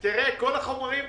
כל החומרים מוכנים.